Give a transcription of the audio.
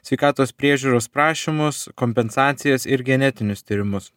sveikatos priežiūros prašymus kompensacijas ir genetinius tyrimus